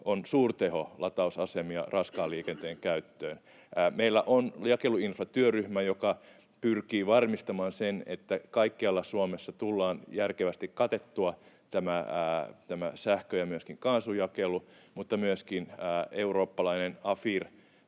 on suurteholatausasemia raskaan liikenteen käyttöön. Meillä on jakeluinfratyöryhmä, joka pyrkii varmistamaan sen, että kaikkialla Suomessa tulee järkevästi katettua tämä sähkö‑ ja myöskin kaasujakelu, mutta myöskin eurooppalainen